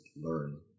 learn